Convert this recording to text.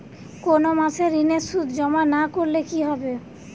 কোনো মাসে ঋণের সুদ জমা না করলে কি হবে?